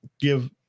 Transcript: give